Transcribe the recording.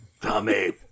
Tommy